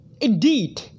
Indeed